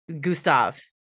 Gustav